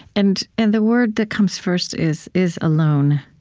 and and the word that comes first is is alone.